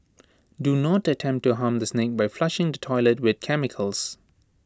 do not attempt to harm the snake by flushing the toilet with chemicals